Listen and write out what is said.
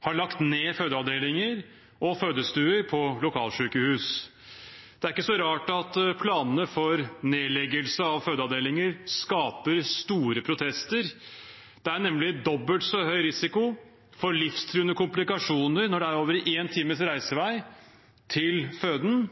har lagt ned fødeavdelinger og fødestuer på lokalsykehus. Det er ikke så rart at planene for nedleggelse av fødeavdelinger skaper store protester. Det er nemlig dobbelt så høy risiko for livstruende komplikasjoner når det er over én times reisevei til føden.